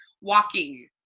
walking